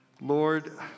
lord